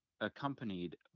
accompanied